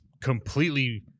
completely